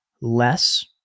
less